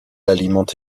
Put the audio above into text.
alimente